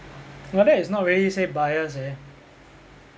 but that is not very say biased eh